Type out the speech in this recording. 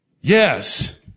Yes